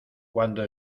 cuando